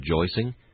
rejoicing